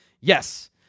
Yes